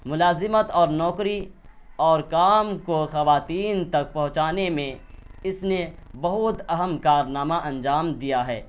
ملازمت اور نوکری اور کام کو خواتین تک پہنچانے میں اس نے بہت اہم کارنامہ انجام دیا ہے